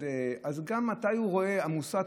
אז המוסת,